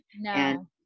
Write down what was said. No